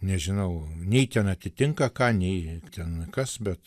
nežinau nei ten atitinka ką nei ten kas bet